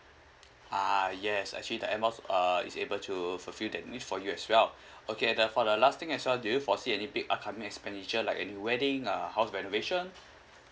ah yes actually the air miles uh is able to fulfil that need for you as well okay the for the last thing as well do you foresee any big upcoming expenditure like any wedding uh house renovation